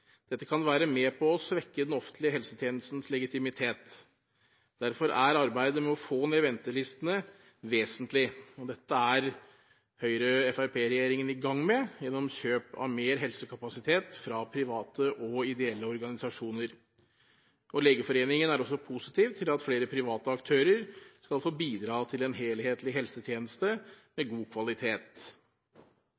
Dette kan være med på å svekke den offentlige helsetjenestens legitimitet. Derfor er arbeidet med å få ned ventelistene vesentlig. Dette er Høyre–Fremskrittsparti-regjeringen i gang med gjennom kjøp av mer helsekapasitet fra private og ideelle organisasjoner. Legeforeningen er også positiv til at flere private aktører skal få bidra til en helhetlig helsetjeneste med